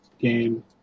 game